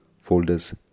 Folders